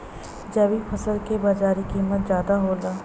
जैविक फसल क बाजारी कीमत ज्यादा होला